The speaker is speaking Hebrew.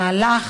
במהלך